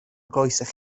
glywsoch